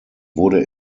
wurde